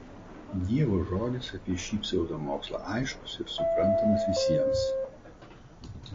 dievo žodis apie šį pseudomokslą aiškus ir suprantamas visiems